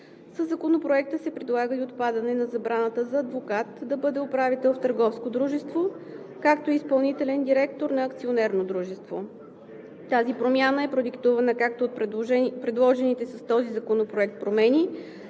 Със Законопроекта се предлага и отпадане на забраната за адвокат да бъде управител в търговско дружество, както и изпълнителен директор на акционерно дружество. Тази промяна е продиктувана както от предложените с този законопроект промени,